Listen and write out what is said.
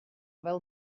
fel